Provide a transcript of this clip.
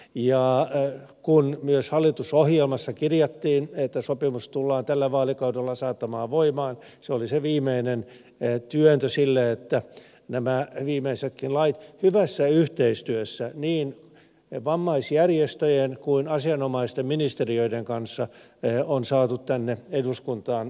ja kun myös hallitusohjelmassa kirjattiin että sopimus tullaan tällä vaalikaudella saattamaan voimaan se oli se viimeinen työntö sille että nämä viimeisetkin lait hyvässä yhteistyössä niin vammaisjärjestöjen kuin asianomaisten ministeriöiden kanssa on saatu tänne eduskuntaan käsiteltäväksi